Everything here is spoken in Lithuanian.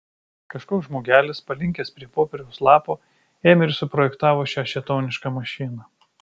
kažkoks žmogelis palinkęs prie popieriaus lapo ėmė ir suprojektavo šią šėtonišką mašiną